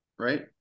Right